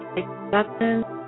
acceptance